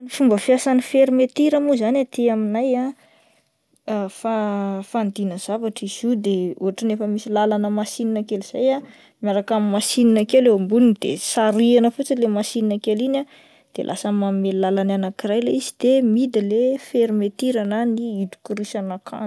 Ny fomba fiasan'ny fermetira moa zany aty aminay ah, fa-fanidiana zavatra izy io de ohatrany efa misy lalana masinina kely izay ah miaraka amin'ny masinina kely eo amboniny de sarihana fotsiny ilay masinina kely iny ah de lasa manome lalany anakiray ilay izy midy le fermetira na ny hidikorisan'akanjo.